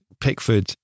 Pickford